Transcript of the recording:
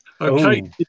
Okay